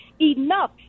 enough